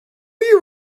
you